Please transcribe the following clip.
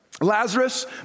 Lazarus